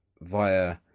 via